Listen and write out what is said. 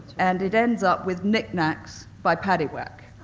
and it ends up with knick knacks by paddy whack.